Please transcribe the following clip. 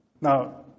Now